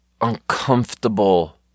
uncomfortable